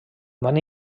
van